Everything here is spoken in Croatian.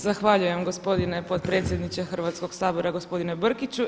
Zahvaljujem gospodine potpredsjedniče Hrvatskog sabora gospodine Brkiću.